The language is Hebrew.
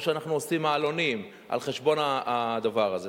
או שאנחנו עושים מעלונים על חשבון הדבר הזה.